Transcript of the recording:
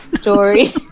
story